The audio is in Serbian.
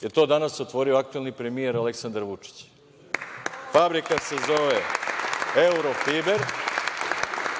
je to danas otvorio aktuelni premijer Aleksandar Vučić. Fabrika se zove „Eurofiber“